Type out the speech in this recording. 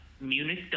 Munich